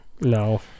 No